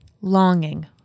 longing